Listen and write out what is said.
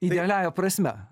idealiąja prasme